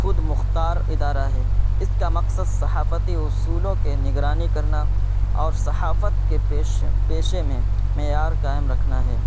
خود مختار ادارہ ہے اس کا مقصد صحافتی اصولوں کے نگرانی کرنا اور صحافت کے پیش پیشے میں معیار قائم رکھنا ہے